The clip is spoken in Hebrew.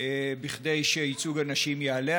כדי שייצוג הנשים יעלה?